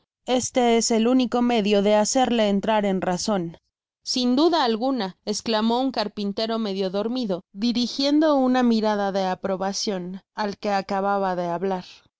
guardillaeste es el único medio de hacerle entrar en razon sin duda alguna esclamó un carpintero medio dormido dirijiendo una mirada de aprobacion al que acababa de hablar